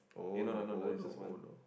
eh no lah no lah it's just one